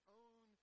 own